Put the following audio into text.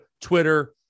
Twitter